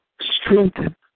strengthen